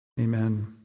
Amen